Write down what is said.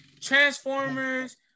Transformers